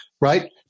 right